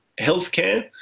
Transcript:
healthcare